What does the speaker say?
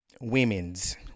women's